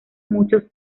muchos